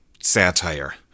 satire